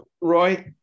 roy